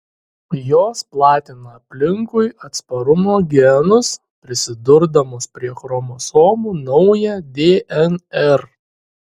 jos platina aplinkui atsparumo genus prisidurdamos prie chromosomų naują dnr